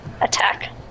attack